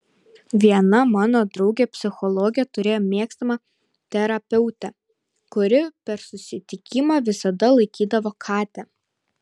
viena mano draugė psichologė turėjo mėgstamą terapeutę kuri per susitikimą visada laikydavo katę